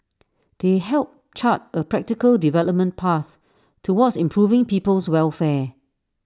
they help chart A practical development path towards improving people's welfare